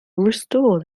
restore